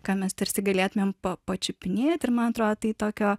ką mes tarsi galėtumėm pačiupinėti ir man atrodo tai tokio